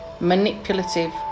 manipulative